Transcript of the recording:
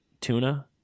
tuna